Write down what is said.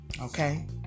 Okay